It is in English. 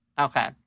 Okay